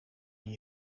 die